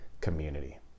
community